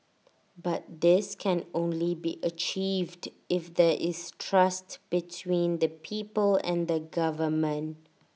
but this can only be achieved if there is trust between the people and the government